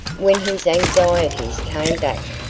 when his anxieties came back,